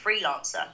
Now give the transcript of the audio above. freelancer